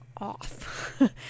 off